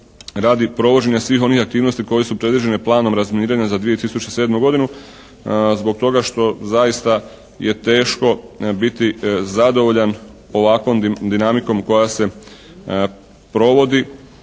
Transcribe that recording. radi provođenja svih onih aktivnosti koje su predviđene planom razminiranja za 2007. godinu zbog toga što zaista je teško biti zadovoljan ovakvom dinamikom koja se provodi